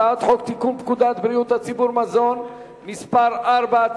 הצעת חוק לתיקון פקודת בריאות הציבור (מזון) (מס' 4),